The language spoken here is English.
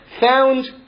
found